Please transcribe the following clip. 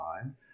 time